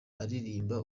aririmba